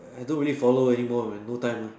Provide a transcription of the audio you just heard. I don't really follow anymore when no time lah